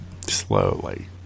Slowly